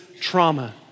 trauma